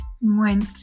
went